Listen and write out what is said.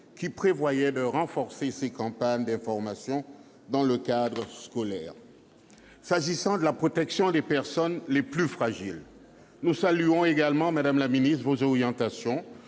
qui prévoyait de renforcer les campagnes d'information dans le cadre scolaire. S'agissant de la protection des personnes les plus fragiles, nous saluons, madame la ministre, vos orientations